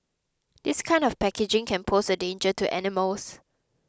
this kind of packaging can pose a danger to animals